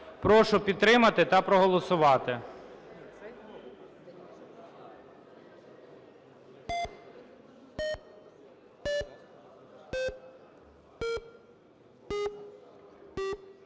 Прошу підтримати та проголосувати.